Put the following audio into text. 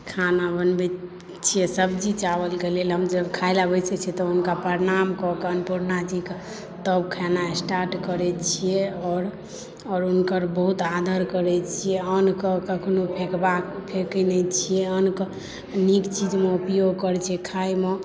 खाना बनबै छियै सब्जी चावलके लेल हमरा जब खाए ला बैसै छी तऽ हुनका प्रणाम कऽ कऽ अन्नपुर्णा जीके तब खाना स्टार्ट करै छियै आओर हुनकर बहुत आदर करै छियै अन्न के कखनो फेकबाक नहि फेकै नहि छियै अन्न के नीक चीजमे उपयोग करै छी खायमे